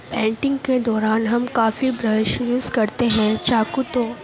painting کے دوران ہم کافی برش یوز کرتے ہیں چاقو تو